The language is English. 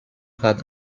had